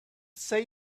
say